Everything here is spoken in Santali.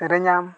ᱥᱮᱨᱮᱧᱟᱢ